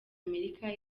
amerika